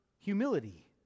humility